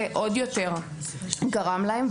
זה עוד יותר גרם להם.